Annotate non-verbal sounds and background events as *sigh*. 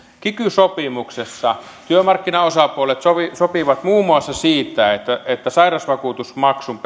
kiky sopimuksessa työmarkkinaosapuolet sopivat sopivat muun muassa siitä että että sairausvakuutusmaksun *unintelligible*